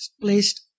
placed